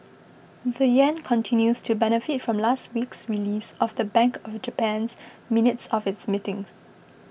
the yen continues to benefit from last week's release of the Bank of Japan's minutes of its meeting